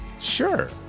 Sure